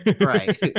Right